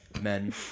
men